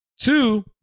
Two